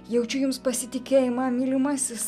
jaučiu jums pasitikėjimą mylimasis